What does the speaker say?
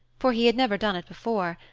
for he had never done it before,